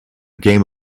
game